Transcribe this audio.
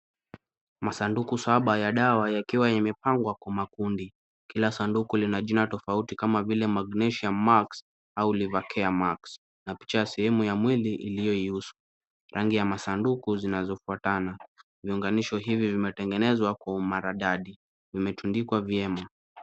Masanduku saba ya dawa yakiwa yamepangwa kwa makundi. Kila sanduku lina jina tofauti kama vile magnesia max au livakea max, na picha ya sehemu ya mwili iliyoihusu. Rangi ya masanduku zinazofuatana. Viunganisho hivi vimetengenezwa kwa umaridadi, vimetundikwa vyema.